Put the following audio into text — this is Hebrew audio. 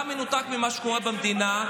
אתה מנותק ממה שקורה במדינה,